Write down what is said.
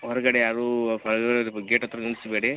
ಹೊರ್ಗಡೆ ಯಾರು ಗೇಟ್ ಹತ್ರ ನಿಲ್ಸ್ಬೇಡಿ